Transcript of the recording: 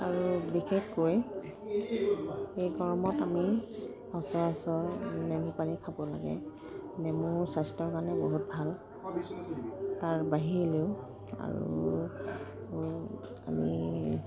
আৰু বিশেষকৈ এই গৰমত আমি সচৰাচৰ নেমু পানী খাব লাগে নেমু স্বাস্থ্যৰ কাৰণেও বহুত ভাল তাৰ বাহিৰেও আৰু আমি